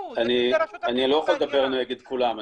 אני לא יכול לדבר נגד כולם,